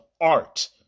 art